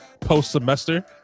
post-semester